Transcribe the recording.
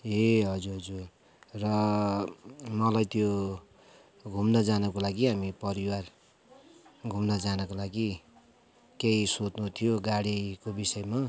ए हजुर हजुर हजुर र मलाई त्यो घुम्न जानुको लागि हामी परिवार घुम्न जानको लागि केही सोध्नु थियो गाडीको विषयमा